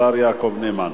השר יעקב נאמן.